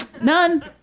None